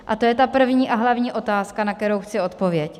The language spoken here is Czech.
A to je ta první a hlavní otázka, na kterou chci odpověď.